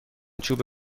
چوب